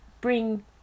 bring